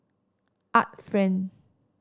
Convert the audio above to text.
Art Friend